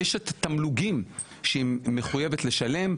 יש את התמלוגים שהיא מחויבת לשלם,